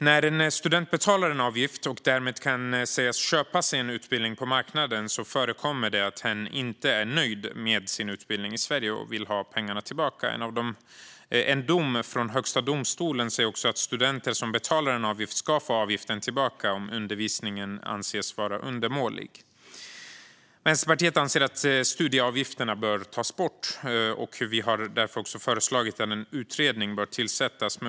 När en student betalar en avgift och därmed kan sägas köpa sig en utbildning på marknaden förekommer det att hen inte är nöjd med sin utbildning i Sverige och vill ha pengarna tillbaka. En dom från Högsta domstolen säger också att studenter som betalar en avgift ska få avgiften tillbaka om undervisningen anses vara undermålig. Vänsterpartiet anser att studieavgifterna bör tas bort och har därför föreslagit att en utredning ska tillsättas.